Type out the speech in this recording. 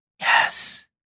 Yes